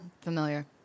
Familiar